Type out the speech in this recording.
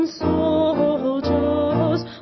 soldiers